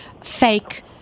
fake